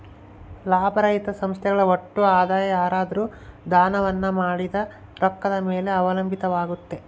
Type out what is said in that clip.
ಲಾಭರಹಿತ ಸಂಸ್ಥೆಗಳ ಒಟ್ಟು ಆದಾಯ ಯಾರಾದ್ರು ದಾನವನ್ನ ಮಾಡಿದ ರೊಕ್ಕದ ಮೇಲೆ ಅವಲಂಬಿತವಾಗುತ್ತೆ